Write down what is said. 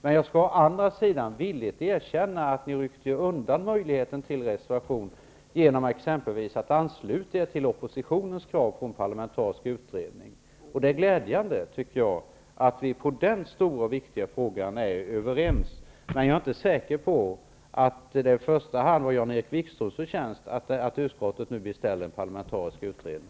Men jag skall å andra sidan villigt erkänna att ni ryckte undan möjligheten till en reservation genom att exempelvis ansluta er till oppositionens krav på en parlamentarisk utredning. Det är glädjande att vi i denna stora och viktiga fråga är överens. Men jag är inte säker på att det i första hand är Jan-Erik Wikströms förtjänst att utskottet har beställt en parlamentarisk utredning.